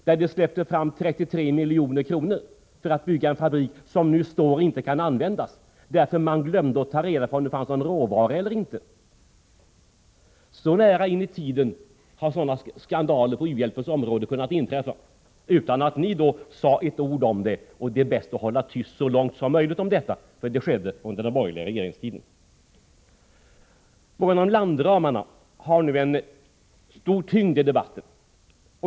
Där släpptes det till 33 milj.kr. för byggandet av en fabrik, som nu står där utan att kunna användas. Man glömde nämligen att ta reda på om det fanns råvara. Så nära i tiden har sådana skandaler på u-hjälpens område kunnat inträffa, utan att ni har sagt ett ord om saken: det var bäst att hålla tyst så länge som möjligt, eftersom det skedde under den borgerliga regeringstiden. Frågan om landramarna har en stor tyngd i debatten.